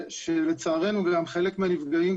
שלצערנו גם חלק מהנפגעים,